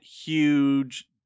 huge